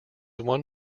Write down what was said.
one